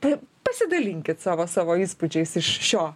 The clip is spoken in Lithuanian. tai pasidalinkit savo savo įspūdžiais iš šio